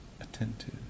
attentive